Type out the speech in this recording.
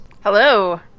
Hello